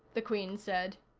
the queen said.